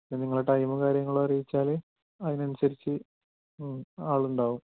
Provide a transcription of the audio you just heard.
അപ്പോള് നിങ്ങളുടെ ടൈമും കാര്യങ്ങളും അറിയിച്ചാല് അതിനനുസരിച്ച് ഉം ആളുണ്ടാകും